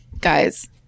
guys